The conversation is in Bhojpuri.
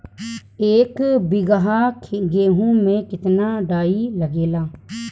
एक बीगहा गेहूं में केतना डाई लागेला?